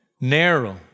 Narrow